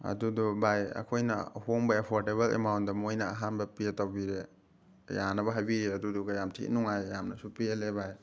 ꯑꯗꯨꯗꯣ ꯚꯥꯏ ꯑꯩꯈꯣꯏꯅ ꯑꯍꯣꯡꯕ ꯑꯦꯐꯣꯔꯗꯦꯕꯜ ꯑꯦꯃꯥꯎꯟꯗ ꯃꯣꯏꯅ ꯑꯍꯥꯟꯕ ꯄꯦ ꯇꯧꯕꯤꯔꯦ ꯌꯥꯅꯕ ꯍꯥꯏꯕꯤꯔꯦ ꯑꯗꯨꯗꯨꯒ ꯌꯥꯝ ꯊꯤꯅ ꯅꯨꯡꯉꯥꯏ ꯌꯥꯝꯁꯨ ꯄꯦꯜꯂꯦ ꯚꯥꯏ